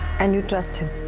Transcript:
and you trust him?